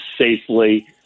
safely